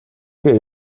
que